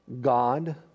God